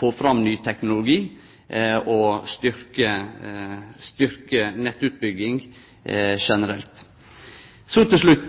få fram ny teknologi og styrkje nettutbygging generelt. Til slutt: